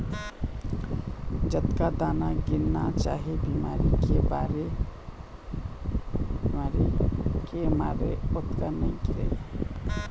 जतका दाना गिरना चाही बिमारी के मारे ओतका नइ गिरय